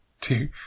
two